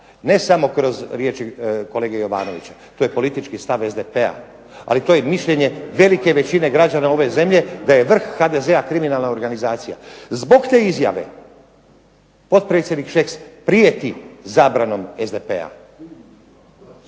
ne samo kroz riječi kolege Jovanovića. To je politički stav SDP-a, ali to je i mišljenje velike većine građana ove zemlje da je vrh HDZ-a kriminalna organizacija. Zbog te izjave potpredsjednik Šeks prijeti zabranom SDP-a.